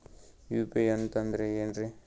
UPI ಅಂತಂದ್ರೆ ಏನ್ರೀ?